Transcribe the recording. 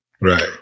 right